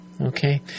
Okay